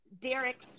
Derek